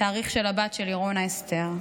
התאריך של הבת שלי, רונה אסתר.